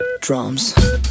drums